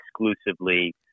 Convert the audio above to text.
exclusively